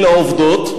אלה העובדות.